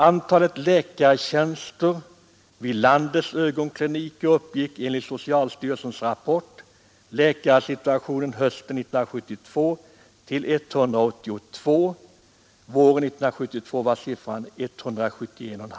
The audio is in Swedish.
Antalet läkartjänster vid landets ögonkliniker uppgick enligt socialstyrelsens rapport Läkarsituationen hösten 1972 till 182. Våren 1972 var siffran 171,5.